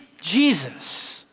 Jesus